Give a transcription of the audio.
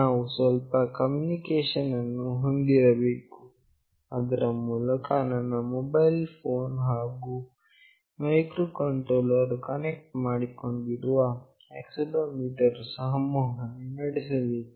ನಾವು ಸ್ವಲ್ಪ ಕಮ್ಯುನಿಕೇಶನ್ ಅನ್ನು ಹೊಂದಿರಬೇಕು ಅದರ ಮೂಲಕ ನನ್ನ ಮೊಬೈಲ್ ಫೋನ್ ಹಾಗು ಮೈಕ್ರೋಕಂಟ್ರೋಲರ್ ವು ಕನೆಕ್ಟ್ ಮಾಡಿಕೊಂಡಿರುವ ಆಕ್ಸೆಲೆರೋಮೀಟರ್ ವು ಸಂವಹನ ನಡೆಸಬೇಕು